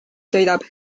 sõidab